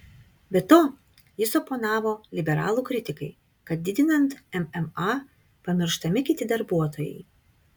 be to jis oponavo liberalų kritikai kad didinant mma pamirštami kiti darbuotojai